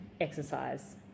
exercise